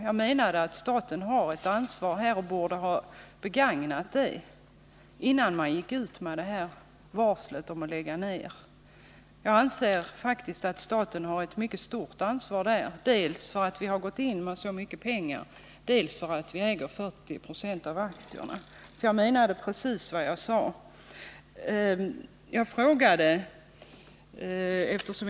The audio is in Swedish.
Jag anser att staten har ett mycket stort ansvar här och borde ha begagnat sina möjligheter, innan man gick ut med varslet om nedläggning, dels därför att vi har gått in med så mycket pengar, dels därför att vi äger 40 90 av aktierna. Jag menade alltså precis vad jag sade.